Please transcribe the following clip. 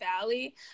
Valley